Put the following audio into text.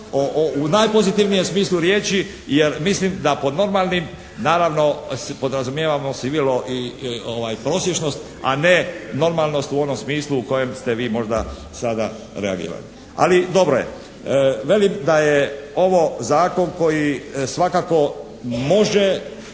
u najpozitivnijem smislu riječi jer mislim da pod normalnim naravno podrazumijevamo …/Govornik se ne razumije./… i prosječnost a ne normalnost u onom smislu u kojem ste vi možda sada reagirali. Ali dobro je. Kažem da je ovo zakon koji svakako može